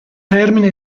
termina